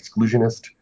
exclusionist